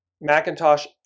Macintosh